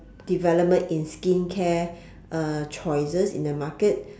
development in skincare uh choices in the market